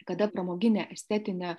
kada pramoginę estetinę